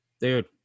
Dude